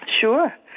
Sure